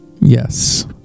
Yes